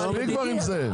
מספיק כבר עם זה.